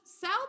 South